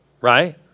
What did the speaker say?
Right